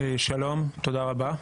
שלום, תודה רבה.